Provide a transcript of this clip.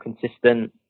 consistent